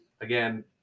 again